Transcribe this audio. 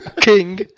king